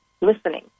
listening